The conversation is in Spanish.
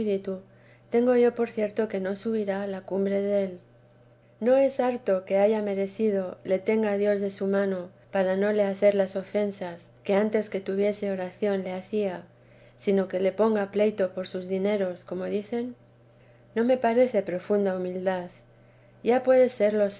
tengo yo por cierto que no subirá a la cumbre del no es harto que haya merecido que le tenga dios de su mano para no le hacer las ofensas que antes que tuviese oración le hacía sino que le ponga vida de la santa madre pleito por sus dineros como dicen no me parece profunda humildad ya puede ser lo